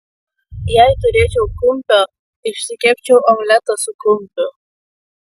jei turėčiau kumpio išsikepčiau omletą su kumpiu